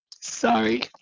sorry